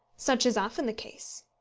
such is often the case.